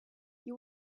you